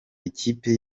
ikipe